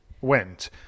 went